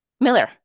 Miller